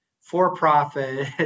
for-profit